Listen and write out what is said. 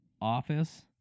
office